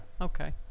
Okay